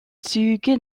züge